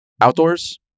Outdoors